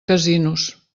casinos